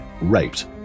raped